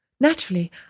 Naturally